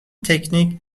تکنیک